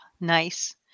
Nice